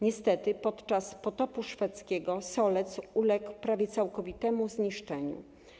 Niestety podczas potopu szwedzkiego Solec uległ prawie całkowitemu zniszczeniu.